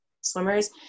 swimmers